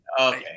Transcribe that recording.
okay